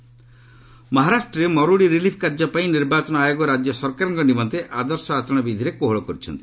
ମହା poll code ମହାରାଷ୍ଟ୍ରରେ ମରୁଡ଼ି ରିଲିଫ୍ କାର୍ଯ୍ୟ ପାଇଁ ନିର୍ବାଚନ ଆୟୋଗ ରାଜ୍ୟ ସରକାରଙ୍କ ନିମନ୍ତେ ଆଦର୍ଶ ଆଚରଣ ବିଧିରେ କୋହଳ କରିଛନ୍ତି